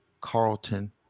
Carlton